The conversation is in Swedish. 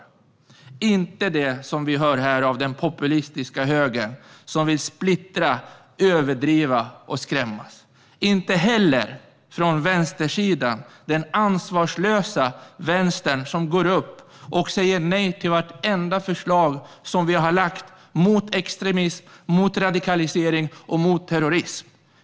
Det är inte det som vi hör här av den populistiska högern, som vill splittra, överdriva och skrämma. Det är inte heller det som vi hör från vänstersidan - den ansvarslösa vänstern som går upp och säger nej till vartenda förslag som vi har lagt fram mot extremism, mot radikalisering och mot terrorism.